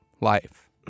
life